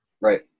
right